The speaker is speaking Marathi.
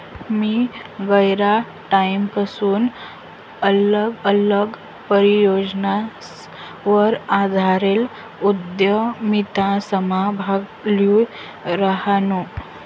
मी गयरा टाईमपसून आल्लग आल्लग परियोजनासवर आधारेल उदयमितासमा भाग ल्ही रायनू